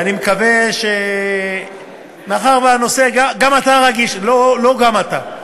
ואני מקווה, מאחר שגם אתה רגיש, לא "גם אתה"